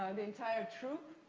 the entire troop,